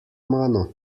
mano